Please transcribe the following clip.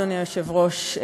אדוני היושב-ראש,